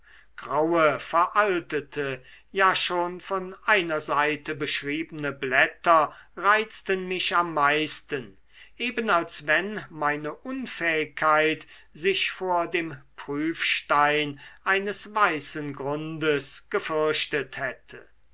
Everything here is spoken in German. graue veraltete ja schon von einer seite beschriebene blätter reizten mich am meisten eben als wenn meine unfähigkeit sich vor dem prüfstein eines weißen grundes gefürchtet hätte